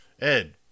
Ed